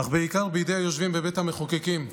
אך בעיקר בידי היושבים בבית המחוקקים,